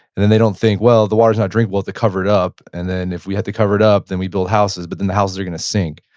then they don't think well, the waters not drinkable if they cover it up, and then if we have to cover it up then we build houses, but then the houses are going to sink.